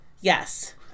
Yes